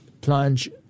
plunge